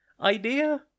idea